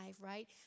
right